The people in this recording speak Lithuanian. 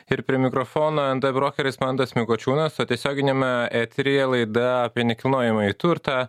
ir prie mikrofono nt brokeris mantas mikočiūnas o tiesioginiame eteryje laida apie nekilnojamąjį turtą